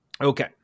Okay